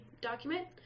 document